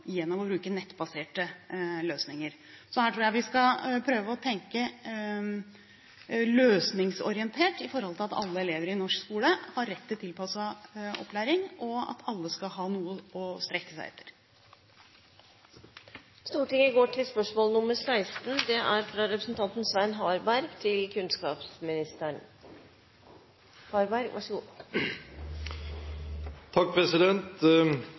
Så her tror jeg vi skal prøve å tenke løsningsorientert i forhold til at alle elever i norsk skole har rett til tilpasset opplæring, og at alle skal ha noe å strekke seg etter. Da tillater jeg meg å stille følgende spørsmål